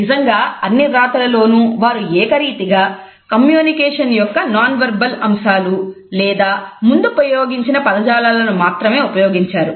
నిజానికి అన్ని వ్రాతలలోనూ వారు ఏకరీతిగా కమ్యూనికేషన్ యొక్క నాన్ వెర్బల్ అంశాలు లేదా ముందు ప్రయోగించిన పదజాలాలను మాత్రమే ఉపయోగించారు